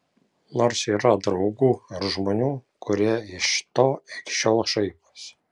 nors yra draugų ir žmonių kurie iš to iki šiol šaiposi